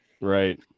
Right